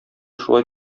шулай